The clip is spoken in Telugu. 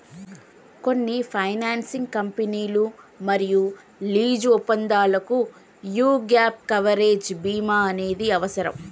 కొన్ని ఫైనాన్సింగ్ కంపెనీలు మరియు లీజు ఒప్పందాలకు యీ గ్యేప్ కవరేజ్ బీమా అనేది అవసరం